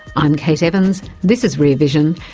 i'm kate evans, this is rear vision,